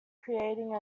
creating